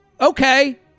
okay